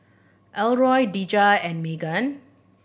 Elroy Dejah and Meghan